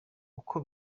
uko